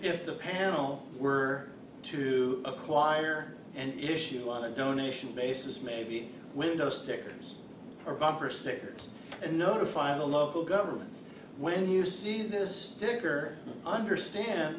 if the panel were to acquire an issue on a donation basis maybe window stickers or bumper stickers and notify the local government when you see this sticker understand